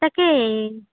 তাকেই